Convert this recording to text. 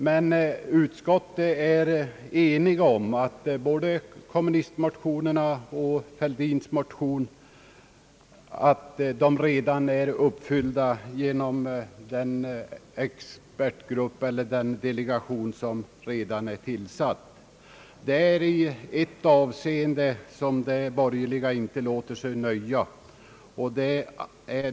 Men utskottet är enigt om att kraven i både kommunistmotionerna och herr Fälldins motion redan är uppfyllda genom den delegation som har tillsatts. Det är i ett avseende som de borgerliga inte låter sig nöja.